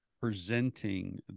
presenting